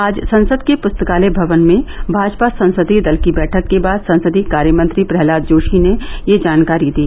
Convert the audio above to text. आज संसद के पुस्तकालय भवन में भाजपा संसदीय दल की बैठक के बाद संसदीय कार्य मंत्री प्रहलाद जोशी ने ये जानकारी दी